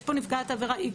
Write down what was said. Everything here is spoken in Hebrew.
יש פה נפגעת עבירה X,